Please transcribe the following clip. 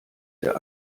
der